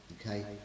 Okay